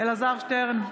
אלעזר שטרן,